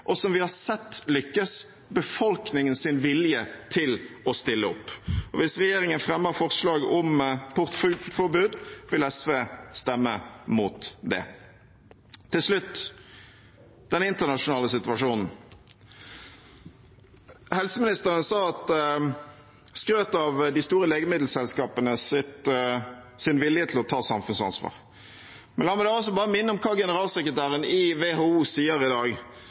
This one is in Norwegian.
og som vi har sett har lyktes: befolkningens vilje til å stille opp. Hvis regjeringen fremmer forslag om portforbud, vil SV stemme mot det. Til slutt om den internasjonale situasjonen: Helseministeren skrøt av de store legemiddelselskapenes vilje til å ta samfunnsansvar. La meg da bare minne om hva generalsekretæren i WHO sier i dag: